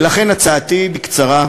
ולכן, הצעתי בקצרה: